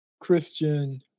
Christian